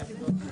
בהכרח,